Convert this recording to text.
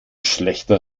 schlechter